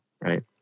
right